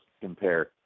compare